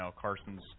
Carson's